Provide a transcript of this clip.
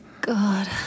God